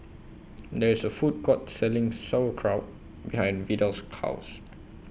There IS A Food Court Selling Sauerkraut behind Vidal's House